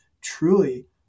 truly